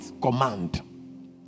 command